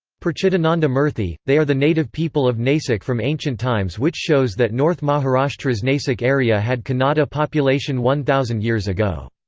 per chidananda murthy, they are the native people of nasik from ancient times which shows that north maharashtra's nasik area had kannada population one thousand years ago.